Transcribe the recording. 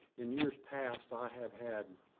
in years past, i have had